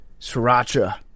sriracha